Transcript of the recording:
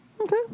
Okay